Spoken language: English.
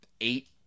Eight